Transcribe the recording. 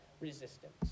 resistance